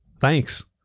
Thanks